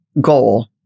goal